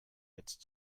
jetzt